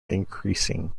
increasing